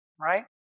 right